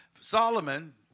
Solomon